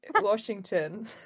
Washington